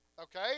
Okay